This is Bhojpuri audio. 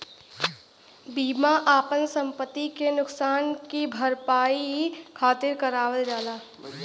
बीमा आपन संपति के नुकसान की भरपाई खातिर करावल जाला